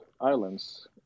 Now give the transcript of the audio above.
islands